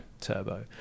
Turbo